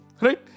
right